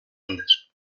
andes